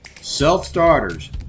self-starters